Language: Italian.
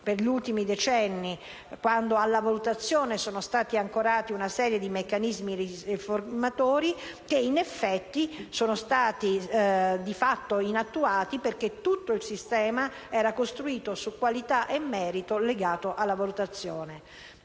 negli ultimi decenni, quando alla valutazione sono stati ancorati meccanismi riformatori che, in effetti, sono rimasti di fatto inattuati perché l'intero sistema era costruito su qualità e merito legati alla valutazione.